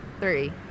Three